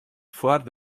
foar